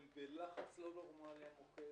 הם בלחץ לא נורמלי, המוקד.